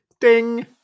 Ding